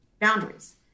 boundaries